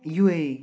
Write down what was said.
U A E